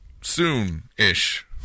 soon-ish